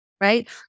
Right